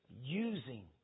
using